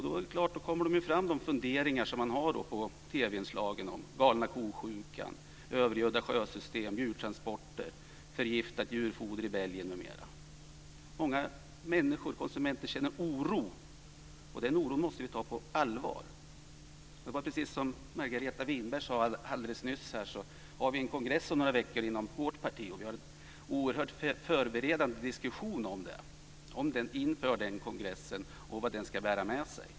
Då kommer de funderingar fram som man har på TV-inslagen om galna ko-sjukan, övergödda sjösystem, djurtransporter, förgiftat djurfoder i Belgien, m.m. Många människor, konsumenter, känner oro, och den oron måste vi ta på allvar. Margareta Winberg sade alldeles nyss att vi inom vårt parti ska ha en kongress om några veckor, och vi har många förberedande diskussioner inför den kongressen och vad den ska bära med sig.